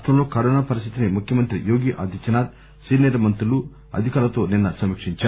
రాష్టంలో కరోనా పరిస్దితిని ముఖ్యమంత్రి యోగి ఆదిత్యనాథ్ సీనియర్ మంత్రులు అధికారులతో నిన్న సమీక్షించారు